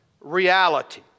reality